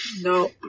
No